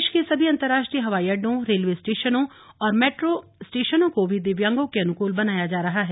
देश के सभी अंतरराष्ट्रीय हवाई अड्डों रेलवे स्टेशनों और मेट्रो स्टेशनों को भी दिव्यांगों के अनुकूल बनाया जा रहा है